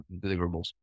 deliverables